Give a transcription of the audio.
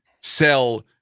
sell